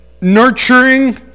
nurturing